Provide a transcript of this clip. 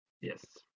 yes